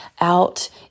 out